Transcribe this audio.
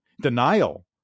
denial